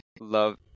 love